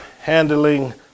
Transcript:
handling